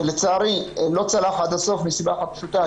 שלצערי לא צלח עד הסוף מסיבה אחת פשוטה,